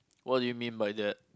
what do you mean by that